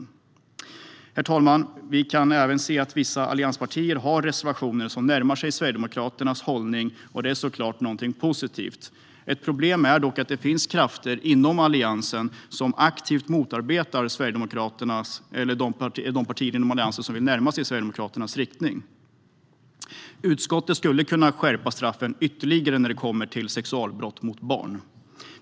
Herr talman! Vi kan även se att vissa allianspartier har reservationer som närmar sig Sverigedemokraternas hållning. Det är såklart någonting positivt. Ett problem är dock att det finns krafter inom Alliansen som aktivt motarbetar Sverigedemokraterna eller de partier inom Alliansen som vill närma sig Sverigedemokraternas riktning. Utskottet skulle kunna skärpa straffen ytterligare när det kommer till sexualbrott mot barn.